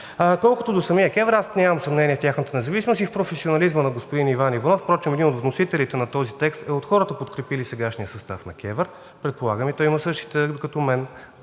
Колкото до самия КЕВР, аз нямам съмнение в тяхната независимост и в професионализма на господин Иван Иванов. Впрочем един от вносителите на този текст е от хората, подкрепили сегашния състав на КЕВР. Предполагам и той има същата като мен